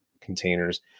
containers